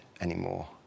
anymore